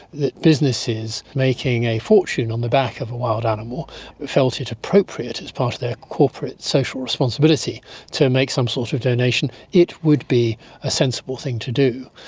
that businesses making a fortune on the back of a wild animal felt it appropriate as part of their corporate social responsibility to make some sort of donation, it would be a sensible thing to do.